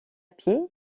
pied